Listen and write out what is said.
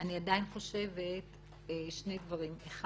אני עדיין חושבת שני דברים: א',